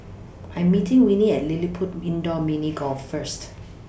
I Am meeting Winnie At LilliPutt Indoor Mini Golf First